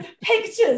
pictures